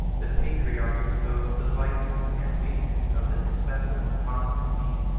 the patriarch exposed the vices and weakness of the successors of constantine.